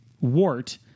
wart